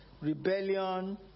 rebellion